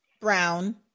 brown